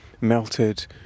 melted